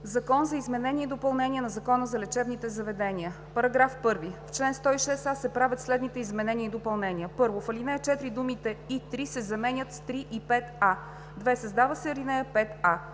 „Закон за изменение и допълнение на Закона за лечебните заведения“. „§ 1. В чл. 106а се правят следните изменения и допълнения: 1. В ал. 4 думите „и 3“ се заменят с „3 и 5а“. 2. Създава се ал. 5а: